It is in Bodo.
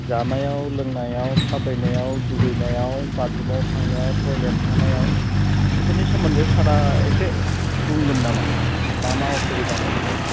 जानायाव लोंनायाव थाबायनायाव दुगैनायाव बाथरुमाव थांनायाव टयलेट थांनायाव बेफोरनि सोमोन्दै सारआ एसे बुंगोन नामा मा मा असुबिदा मोन्दों